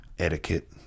Etiquette